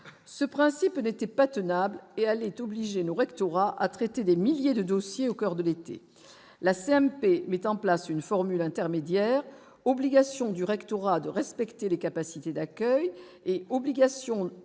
ce principe n'était pas tenable et l'est obligé nous rectorat à traiter des milliers de dossiers au coeur de l'été, la CMP met en place une formule intermédiaire obligation du rectorat de respecter les capacités d'accueil et obligation pour le candidat d'accepter